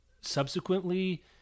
subsequently